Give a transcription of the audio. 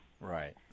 Right